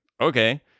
okay